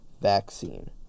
vaccine